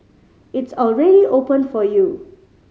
it's already open for you